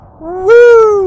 woo